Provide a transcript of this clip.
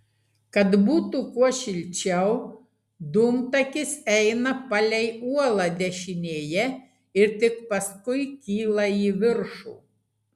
kad būtų kuo šilčiau dūmtakis eina palei uolą dešinėje ir tik paskui kyla į viršų